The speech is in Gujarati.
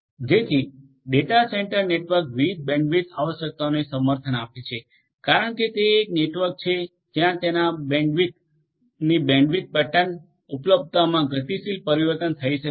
જેથી ડેટા સેંટર નેટવર્ક વિવિધ બેન્ડવિડથ આવશ્યકતાઓને સમર્થન આપે છે કારણ કે તે એક નેટવર્ક છે જ્યાં તેના બેન્ડવિડથની બેન્ડવિડથ પેટર્ન ઉપલબ્ધતામાં ગતિશીલ પરિવર્તન થઈ શકે છે